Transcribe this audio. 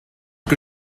que